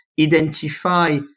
identify